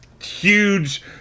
Huge